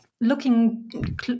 looking